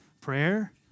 prayer